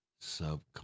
subconscious